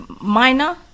minor